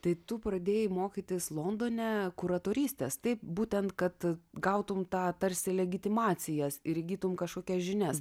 tai tu pradėjai mokytis londone kuroratorystės taip būtent kad gautum tą tarsi legitimacijas ir įgytumei kašokias žinias